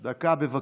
דקה, בבקשה.